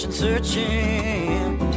Searching